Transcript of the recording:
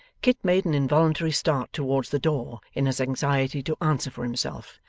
kit made an involuntary start towards the door in his anxiety to answer for himself,